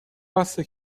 راسته